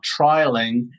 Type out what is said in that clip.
trialing